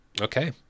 Okay